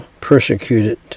persecuted